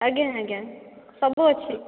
ଆଜ୍ଞା ଆଜ୍ଞା ସବୁ ଅଛି